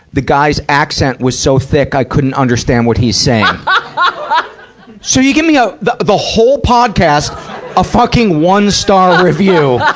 the guy's accent was so thick i couldn't understand what he's saying. paul and so you give me, ah the, the whole podcast a fucking one-star review,